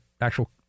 actual